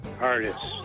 artists